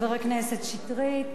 חבר הכנסת שטרית,